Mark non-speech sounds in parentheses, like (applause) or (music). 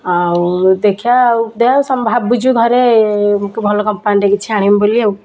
ଆଉ ଦେଖିବା ଆଉ ଦେ (unintelligible) ଭାବୁଛୁ ଘରେ ଭଲ କମ୍ପାନୀଟେ କିଛି ଆଣିବୁ ବୋଲି ଆଉ